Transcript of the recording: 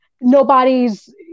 nobody's